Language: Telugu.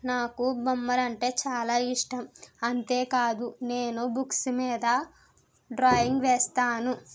నాకు బొమ్మలంటే చాలా ఇష్టం అంతేకాదు నేను బుక్స్ మీద డ్రాయింగ్ వేస్తాను